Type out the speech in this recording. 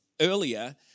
earlier